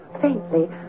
faintly